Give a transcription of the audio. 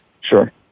Sure